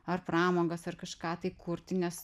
ar pramogas ar kažką tai kurti nes